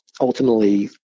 ultimately